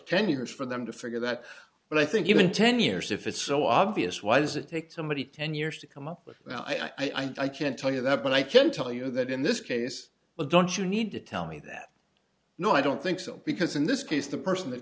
ten years for them to figure that but i think even ten years if it's so obvious why does it take somebody ten years to come up with i can't tell you that but i can tell you that in this case well don't you need to tell me that no i don't think so because in this case the person that